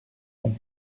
pont